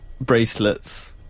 Bracelets